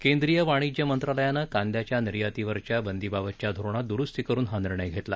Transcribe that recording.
केंद्रीय वाणिज्य मंत्रालयानं कांदयाच्या निर्यातीवरच्या बंदीबाबतच्या धोरणात दुरुस्ती करुन हा निर्णय घेतला